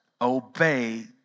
obey